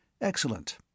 Excellent